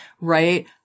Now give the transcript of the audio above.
right